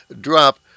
drop